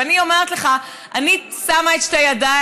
ואני אומרת לך: אני שמה את שתי ידיי